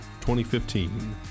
2015